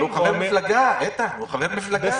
איתן, הוא חבר מפלגה.